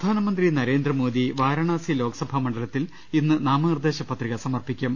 പ്രധാനമന്ത്രി നരേന്ദ്രമോദി വാരണാസി ലോക്സഭാ മണ്ഡലത്തിൽ ഇന്ന് നാമനിർദേശ പത്രിക സമർപ്പിക്കും